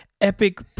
epic